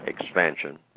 expansion